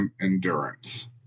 endurance